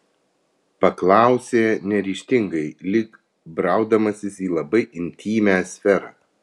paklausė neryžtingai lyg braudamasis į labai intymią sferą